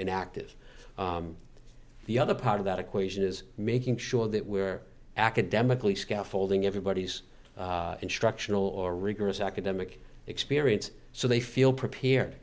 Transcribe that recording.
in active the other part of that equation is making sure that we're academically scaffolding everybody's instructional or rigorous academic experience so they feel prepared